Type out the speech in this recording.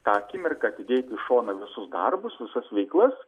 tą akimirką atidėti į šoną visus darbus visas veiklas